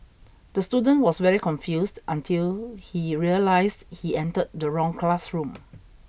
the student was very confused until he realised he entered the wrong classroom